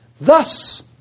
Thus